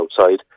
outside